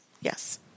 Yes